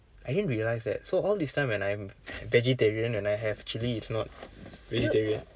I didn't realize that so all this time when I'm vegetarian and I have chilli it's not vegetarian